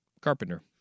carpenter